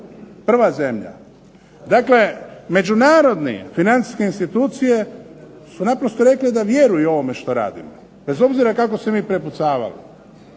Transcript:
prva zemlja. Dakle, međunarodne financijske institucije su naprosto rekle da vjeruju ovome što radimo bez obzira kako se mi prepucavali.